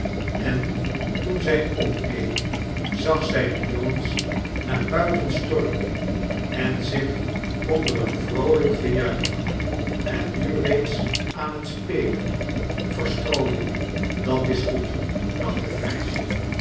en toen zij omkeek zag zij dejongens naar buiten storm en en zich onder een vroolijk gejuich en nu reeds aan het spelen verstrooien dat is goed dacht het meisje